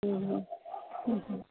ಹ್ಞೂ ಹ್ಞೂ ಹ್ಞೂ ಹ್ಞೂ